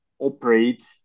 operate